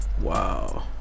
Wow